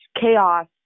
chaos